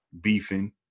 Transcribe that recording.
beefing